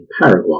Paraguay